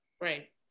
Right